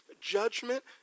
judgment